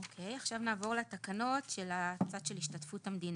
אוקיי עכשיו נעבור לתקנות של הצד של השתתפות המדינה.